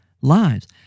lives